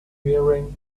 wearing